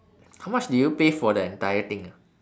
how much did you pay for the entire thing ah